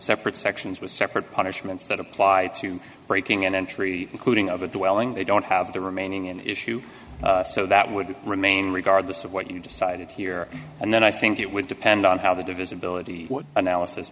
separate sections with separate punishments that apply to breaking and entry including of a dwelling they don't have the remaining in issue so that would remain regardless of what you just cited here and then i think it would depend on how the divisibility analysis